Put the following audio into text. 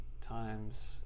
times